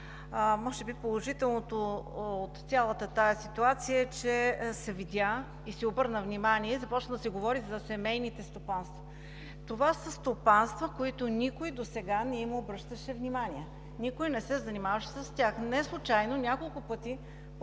Може би положителното от цялата тази ситуация е, че се видя и се обърна внимание, започна да се говори за семейните стопанства. Това са стопанства, на които никой досега не им обръщаше внимание, никой не се занимаваше с тях. Неслучайно няколко пъти, повтарям